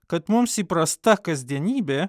kad mums įprasta kasdienybė